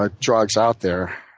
ah drugs out there.